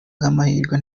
bw’amahirwe